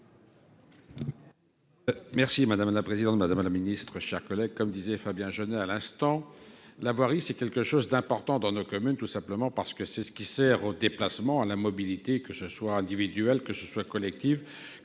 Merci madame la présidente, madame la Ministre, chers collègues, comme disait Fabien, jeune à l'instant, la voirie, c'est quelque chose d'important dans nos communes, tout simplement parce que c'est ce qui sert au déplacement à la mobilité, que ce soit individuel, que ce soit collective,